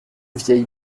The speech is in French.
vieille